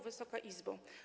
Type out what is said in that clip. Wysoka Izbo!